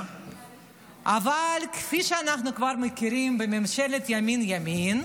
אבל כפי שאנחנו כבר מכירים בממשלת ימין ימין,